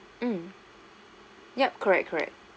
mm yup correct correct